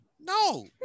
No